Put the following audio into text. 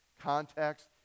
Context